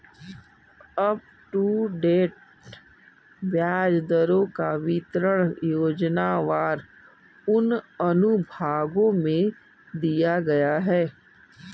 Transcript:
up to date ब्याज दरों का विवरण योजनावार उन अनुभागों में दिया गया है